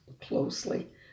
closely